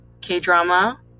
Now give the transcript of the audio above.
K-drama